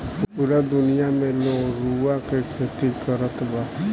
पूरा दुनिया में लोग रुआ के खेती करत बा